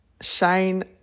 shine